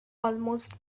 almost